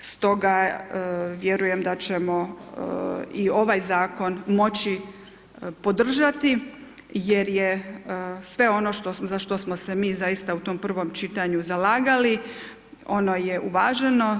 Stoga vjerujem da ćemo i ovaj zakon moći podržati jer je sve ono za što smo se mi zaista u prvom čitanju zalagali, ono je uvaženo.